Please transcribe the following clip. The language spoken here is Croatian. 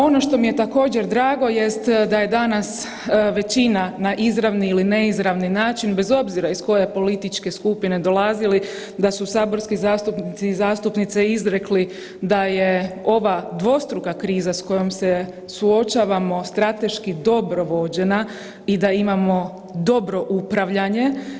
Ono što mi je također, drago jest da je danas većina na izravni ili neizravni način, bez obzira iz koje političke skupine dolazili, da su saborski zastupnici i zastupnice izrekli da je ova dvostruka kriza s kojom se suočavamo strateški dobro vođena i da imamo dobro upravljanje.